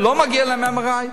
לא מגיע להם MRI?